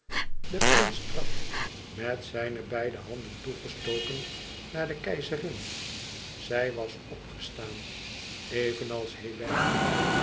de prins trad met zijne beide handen toegestoken naar de keizerin zij was opgestaan evenals hélène